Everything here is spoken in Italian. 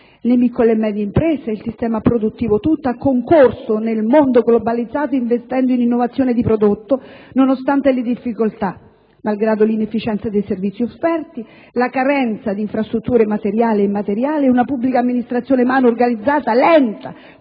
Le piccole e medie imprese, l'intero sistema produttivo ha concorso nel mondo globalizzato, investendo in innovazione di prodotto, nonostante le difficoltà, malgrado l'inefficienza dei servizi offerti, la carenza di infrastrutture materiali e immateriali e una pubblica amministrazione male organizzata, lenta